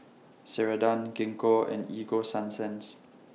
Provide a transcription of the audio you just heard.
Ceradan Gingko and Ego Sunsense